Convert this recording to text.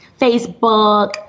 Facebook